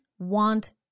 want